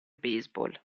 baseball